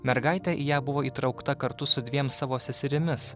mergaitė į ją buvo įtraukta kartu su dviem savo seserimis